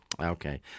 Okay